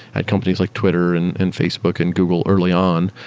and companies like twitter and and facebook and google early on,